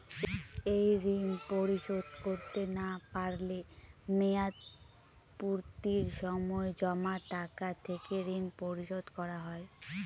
এই ঋণ পরিশোধ করতে না পারলে মেয়াদপূর্তির সময় জমা টাকা থেকে ঋণ পরিশোধ করা হয়?